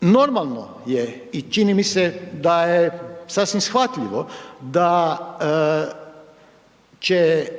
normalno je i čini mi se da je sasvim shvatljivo da će